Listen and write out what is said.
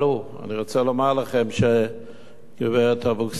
אני רוצה לומר, גברת אבקסיס,